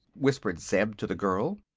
whispered zeb to the girl.